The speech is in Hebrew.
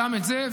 גם את זה,